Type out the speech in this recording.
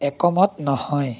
একমত নহয়